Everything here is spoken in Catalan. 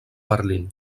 berlín